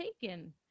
Taken